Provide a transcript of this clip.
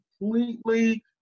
completely